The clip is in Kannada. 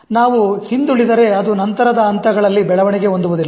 ನಾವು ಹಿಂದುಳಿದರೆ ಅದು ನಂತರದ ಹಂತಗಳಲ್ಲಿ ಬೆಳವಣಿಗೆ ಹೊಂದುವುದಿಲ್ಲ